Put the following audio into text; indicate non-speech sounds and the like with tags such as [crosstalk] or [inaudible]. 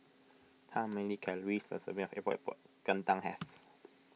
how many calories does a serving of Epok Epok Kentang have [noise]